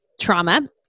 Trauma